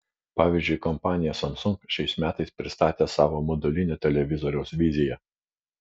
pavyzdžiui kompanija samsung šiais metais pristatė savo modulinio televizoriaus viziją